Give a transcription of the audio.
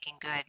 good